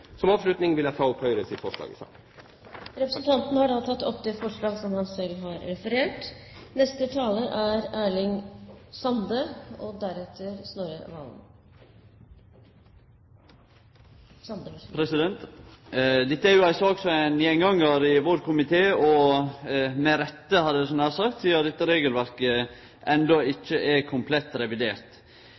Som avslutning vil jeg ta opp Høyres forslag. Representanten Frank Bakke Jensen har tatt opp det forslaget han refererte til. Dette er ei sak som er ein gjengangar i vår komité – og med rette – sidan dette regelverket enno ikkje er komplett revidert. Motorferdsel i